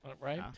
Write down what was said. Right